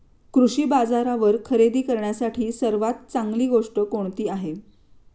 कृषी बाजारावर खरेदी करण्यासाठी सर्वात चांगली गोष्ट कोणती आहे?